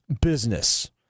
business